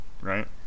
right